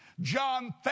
John